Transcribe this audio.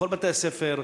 בכל בתי-הספר,